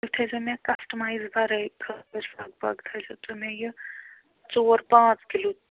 تُہۍ تھٲوِزیٚو مےٚ کَسٹَمایِز ورٲے لگ بھگ تُہۍ تھٲوِزیٚو مےٚ ژور پانٛژھ کِلوٗ